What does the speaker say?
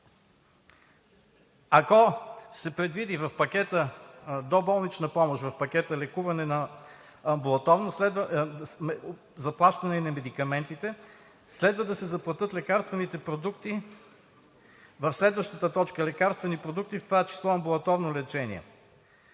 Ако се предвиди в доболнична помощ в пакета за амбулаторно лекуване заплащане и на медикаментите, следва да се заплатят лекарствените продукти в следващата точка – Лекарствени продукти, в това число амбулаторно лечение.